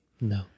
No